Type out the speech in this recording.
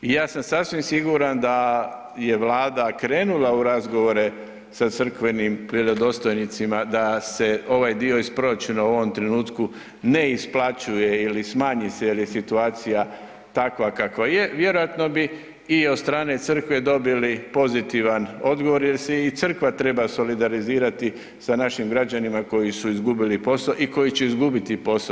I ja sam sasvim siguran da je Vlada krenula u razgovore sa crkvenim predostojnicima da se ovaj dio iz proračuna u ovom trenutku ne isplaćuje ili smanji se jel je situacija takva kakva je, vjerojatno bi i od strane crkve dobili pozitivan odgovor jer se i crkva treba solidarizirati sa našim građanima koji su izgubili poso i koji će izgubiti poso.